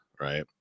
right